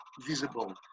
visible